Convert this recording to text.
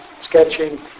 sketching